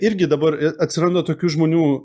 irgi dabar atsiranda tokių žmonių